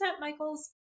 Michael's